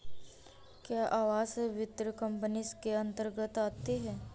क्या आवास वित्त कंपनी इसके अन्तर्गत आती है?